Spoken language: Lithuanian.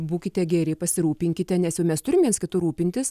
būkite geri pasirūpinkite nes jau mes turim viens kitu rūpintis